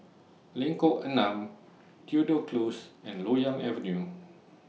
Lengkok Enam Tudor Close and Loyang Avenue